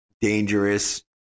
dangerous